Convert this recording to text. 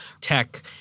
Tech